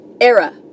era